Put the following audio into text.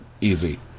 easy